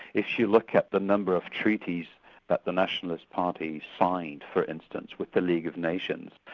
if she looked at the number of treaties that the nationalist party signed for instance with the league of nations,